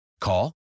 Call